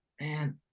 Man